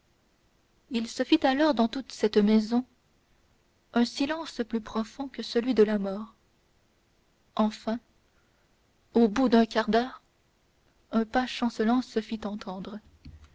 il se fit alors dans toute cette maison un silence plus profond que celui de la mort enfin au bout d'un quart d'heure un pas chancelant se fit entendre